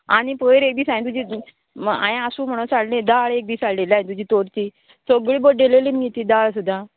आनी पयर एक दीस हांवें तुजी हांवें आसूं म्हणोन साणली दाळ एक दीस हाडलेली हांवें तुजी तोरची सगळी बड्डेलेली मगे ती दाळ सुद्दां